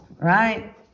right